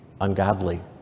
ungodly